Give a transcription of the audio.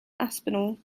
aspinall